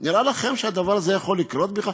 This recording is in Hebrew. נראה לך שהדבר הזה יכול לקרות בכלל?